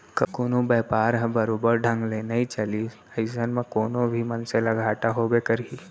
कभू बयपार ह बरोबर बने ढंग ले नइ चलिस अइसन म कोनो भी मनसे ल घाटा होबे करही